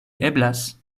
eblas